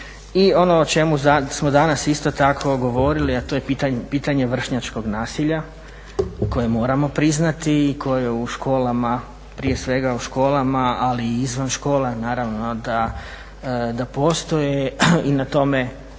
I ono o čemu smo danas isto tako govorili, a to je pitanje vršnjačkog nasilja koje moramo priznati i koje u školama, prije svega u školama ali i izvan škole naravno da postoje i na tome